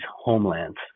homelands